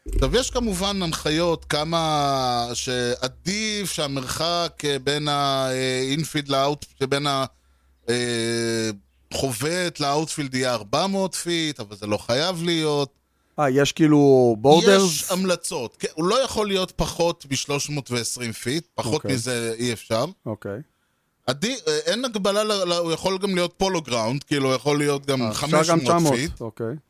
טוב, יש כמובן הנחיות כמה- שעדיף שהמרחק, אה, בין ה-infield ל-out- שבין ה- אה, חובט ל-outfield יהיה 400 feet, אבל זה לא חייב להיות. אה, יש כאילו יש borders? המלצות. כן, הוא לא יכול להיות פחות מ-320 feet, פחות אוקיי. מזה אי אפשר. אוקיי. עדי- אה, אין הגבלה ל- ל- הוא יכול גם להיות Polo Ground, כאילו, הוא יכול להיות גם אה, אפשר גם 500 900. feet. אוקיי.